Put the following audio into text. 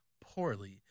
poorly